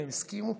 והם הסכימו.